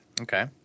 Okay